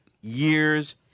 years